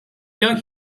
young